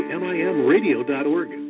mimradio.org